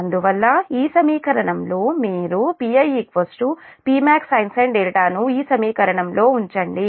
అందువల్ల ఈ సమీకరణంలో మీరు Pi Pmax sin 0 ను ఈ సమీకరణంలో ఉంచండి